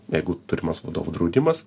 jeigu turimas vadovų draudimas